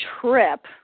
trip